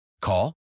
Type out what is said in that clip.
Call